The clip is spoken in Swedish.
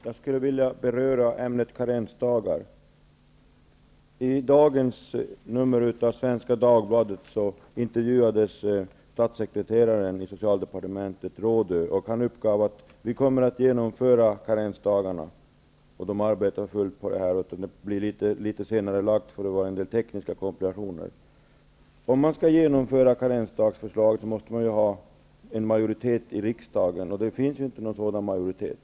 Fru talman! Jag vill beröra ämnet karensdagar. I dagens nummer av Svenska Dagbladet intervjuas statssekreteraren i socialdepartementet Göran Rådö. Han uppger att regeringen kommer att genomföra förslaget om karensdagarna. Departementet arbetar för fullt med detta, men det blir litet senarelagt eftersom det finns en del tekniska komplikationer. Om regeringen skall genomföra förslaget om karensdagar måste det finnas en majoritet i riksdagen, och det finns inte någon sådan majoritet.